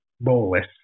bolus